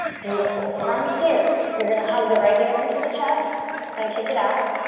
beautiful, from here you're going to hug the right knee up into the chest then kick it out.